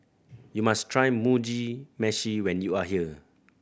you must try Mugi Meshi when you are here